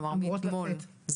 כלומר מאתמול,